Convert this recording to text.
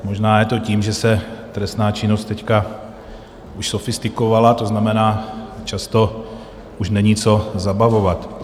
Možná je to tím, že se trestná činnost teď už sofistikovala, to znamená, často už není co zabavovat.